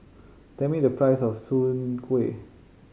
tell me the price of Soon Kuih